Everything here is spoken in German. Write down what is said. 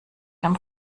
dem